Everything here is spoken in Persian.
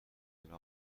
پنجره